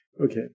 Okay